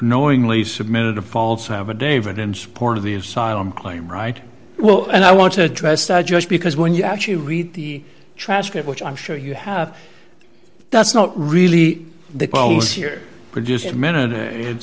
knowingly submitted a false have a david in support of the asylum claim right well and i want to address stud just because when you actually read the transcript which i'm sure you have that's not really the posts here produced minute it